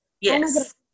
Yes